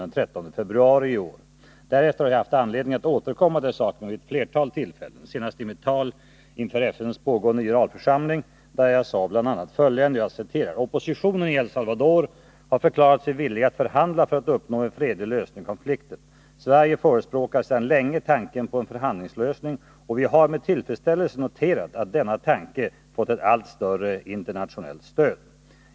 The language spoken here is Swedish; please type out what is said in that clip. Därefter har jag haft anledning att återkomma till saken vid flera tillfällen, senast i mitt tal vid FN:s pågående generalförsamling, där jag bl.a. sade: ”Oppositionen i El Salvador har förklarat sig villig att förhandla för att uppnå en fredlig lösning av konflikten. Sverige förespråkar sedan länge tanken på en förhandlingslösning och vi har med tillfredsställelse noterat att denna tanke får ett allt större internationellt stöd.